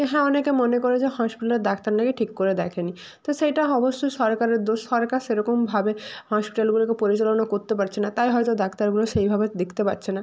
হ্যাঁ অনেকে মনে করে যে হসপিটালের ডাক্তার নাকি ঠিক করে দেখেনি তো সেইটা অবশ্যই সরকারের দোষ সরকার সেরকমভাবে হসপিটালগুলোকে পরিচালনা করতে পারছে না তাই হয়তো ডাক্তারগুলো সেইভাবে দেখতে পারছে না